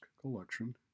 collection